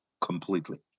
completely